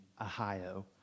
Ohio